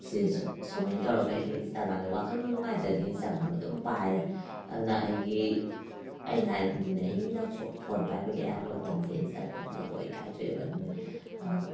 ꯁꯤꯅꯁꯨ ꯁꯨꯃꯥꯏꯅ ꯇꯧꯔꯒ ꯑꯩꯗꯤ ꯏꯟꯁꯇꯥꯒ꯭ꯔꯥꯝꯁꯦ ꯋꯥꯈꯜꯕꯨ ꯅꯨꯡꯉꯥꯏꯇ꯭ꯔꯗꯤ ꯏꯟꯁꯇꯥꯒ꯭ꯔꯥꯝ ꯑꯗꯨꯝ ꯄꯥꯏꯔꯦ ꯑꯗꯨꯅ ꯑꯩꯒꯤ ꯑꯩꯅ ꯍꯥꯏ ꯑꯗꯨꯅꯦ ꯑꯩꯒꯤꯅ ꯐꯣꯟ ꯄꯥꯏꯕꯒꯤ ꯑꯌꯥꯝꯕ ꯃꯇꯝꯁꯦ ꯏꯟꯁꯇꯥꯒ꯭ꯔꯥꯝꯗ ꯂꯣꯏ ꯀꯥꯏꯊꯣꯛꯑꯦꯕ ꯑꯗꯨꯅ